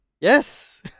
Yes